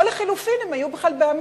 או לחלופין אם הם היו בכלל באמריקה.